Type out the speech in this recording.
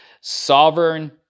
sovereign